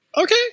Okay